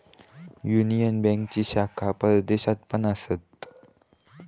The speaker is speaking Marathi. युनियन बँकेचे शाखा परदेशात पण असत